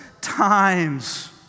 times